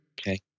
Okay